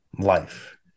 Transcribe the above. life